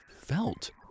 felt